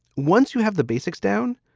once you have the basics down,